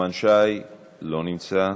נחמן שי, לא נמצא,